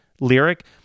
lyric